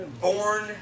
born